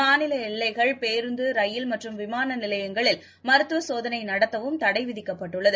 மாநிலஎல்லைகள் பேருந்து ரயில் மற்றும் விமானநிலையங்களில் மருத்துவசோதனைநடத்தவும் தடைவிதிக்கப்பட்டுள்ளது